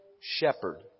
shepherd